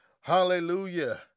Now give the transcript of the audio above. Hallelujah